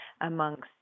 amongst